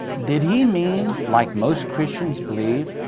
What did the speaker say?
did he mean, like most christians believe,